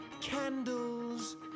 Candles